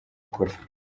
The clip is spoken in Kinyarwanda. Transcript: kure